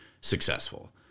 successful